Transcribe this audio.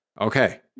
Okay